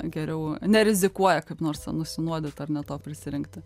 geriau nerizikuoja kaip nors ten nusinuodyt ar ne to prisirinkti